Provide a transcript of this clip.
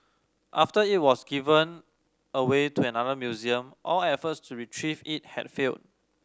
after it was given away to another museum all efforts to retrieve it had failed